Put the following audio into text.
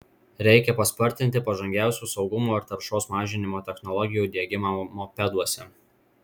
reikia paspartinti pažangiausių saugumo ir taršos mažinimo technologijų diegimą mopeduose